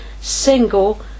single